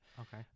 Okay